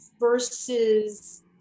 versus